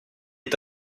est